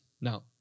Now